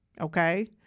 Okay